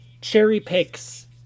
cherry-picks